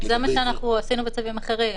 זה מה שעשינו בצווים אחרים.